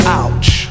ouch